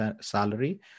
salary